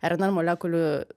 rnr molekulių